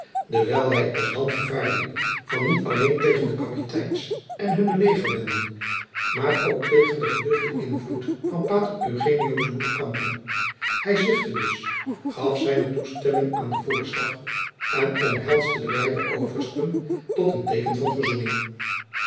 dewijl hij alsdan gevaar liep van niet alleen tegen de kapiteins en hunne legerbenden maar ook tegen den geduchten invloed van pater eugenio te moeten kampen hij zwichtte dus gaf zijne toestemming aan den voorslag en omhelsde de beide oversten tot een teeken van verzoening